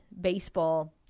baseball